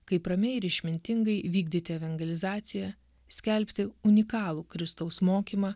kaip ramiai ir išmintingai vykdyti evangelizaciją skelbti unikalų kristaus mokymą